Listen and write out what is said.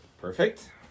Perfect